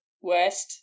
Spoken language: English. west